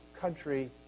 country